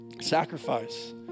sacrifice